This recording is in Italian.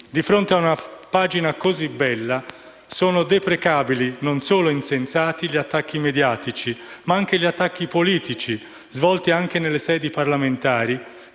di fronte a una pagina così bella, sono deprecabili e non solo insensati gli attacchi mediatici, ma anche gli attacchi politici, alcuni svolti nelle sedi parlamentari,